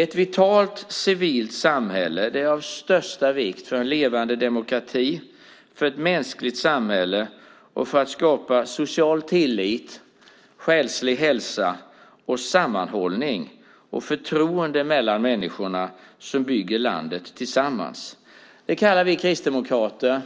Ett vitalt civilt samhälle är av största vikt för en levande demokrati, för ett mänskligt samhälle och för att skapa social tillit, själslig hälsa, sammanhållning och förtroende mellan människorna som bygger landet tillsammans. Det kallar vi kristdemokrater